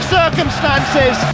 circumstances